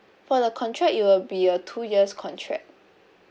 for the contract it will be a two years contract